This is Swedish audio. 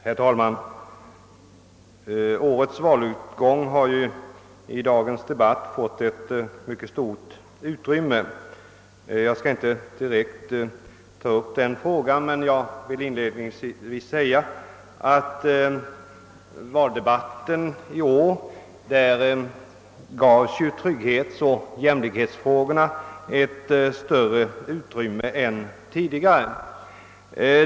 Herr talman! Utgången av årets val har upptagit en mycket stor del av dagens debatt. Jag skall inte direkt ta upp den frågan, men jag vill inledningsvis säga att åt trygghetsoch jämlikhetsfrågorna gavs ett större utrymme i årets valdebatt än tidigare.